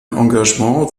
engagement